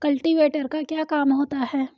Cultivator का क्या काम होता है?